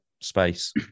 space